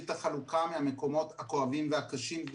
את החלוקה מהמקומות הכואבים והקשים.